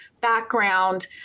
background